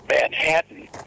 Manhattan